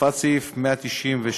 הוספת סעיף 197(א)(1),